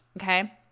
okay